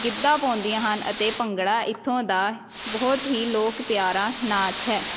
ਗਿੱਧਾ ਪਾਉਂਦੀਆਂ ਹਨ ਅਤੇ ਭੰਗੜਾ ਇੱਥੋਂ ਦਾ ਬਹੁਤ ਹੀ ਲੋਕ ਪਿਆਰਾ ਨਾਚ ਹੈ